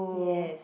yes